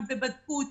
טבלה מאוד